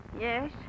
Yes